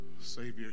Savior